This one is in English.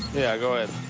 yeah, go ahead.